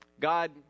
god